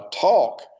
talk